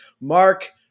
mark